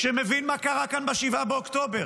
שמבין מה קרה כאן ב-7 באוקטובר,